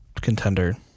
contender